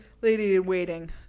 lady-in-waiting